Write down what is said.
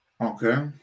okay